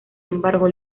embargo